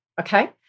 okay